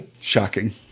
Shocking